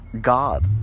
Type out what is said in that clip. God